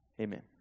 Amen